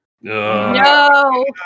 No